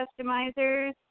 customizers